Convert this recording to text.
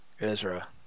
Ezra